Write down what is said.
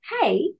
hey